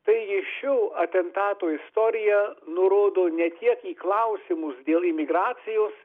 taigi šio atentato istorija nurodo ne tiek į klausimus dėl imigracijos